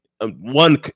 one